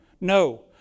no